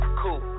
cool